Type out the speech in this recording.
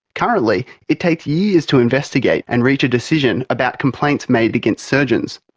currently it takes years to investigate and reach a decision about complaints made against surgeons.